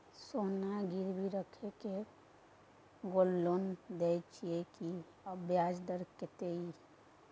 सोना गिरवी रैख के गोल्ड लोन दै छियै की, आ ब्याज दर कत्ते इ?